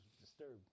disturbed